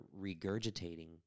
regurgitating